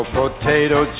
potato